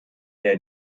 der